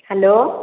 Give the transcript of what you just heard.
hello